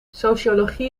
sociologie